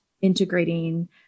integrating